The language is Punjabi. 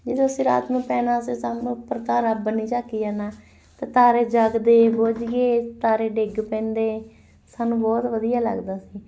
ਜਦੋਂ ਅਸੀਂ ਰਾਤ ਨੂੰ ਪੈਣਾ ਅਸੀਂ ਸਭ ਨੇ ਉੱਪਰ ਤਾਂ ਰੱਬ ਕੰਨੀ ਝਾਕੀ ਜਾਣਾ ਅਤੇ ਤਾਰੇ ਜਗਦੇ ਬੁਝ ਗਏ ਤਾਰੇ ਡਿੱਗ ਪੈਂਦੇ ਸਾਨੂੰ ਬਹੁਤ ਵਧੀਆ ਲੱਗਦਾ ਸੀ